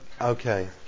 Okay